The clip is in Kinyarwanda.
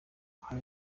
hari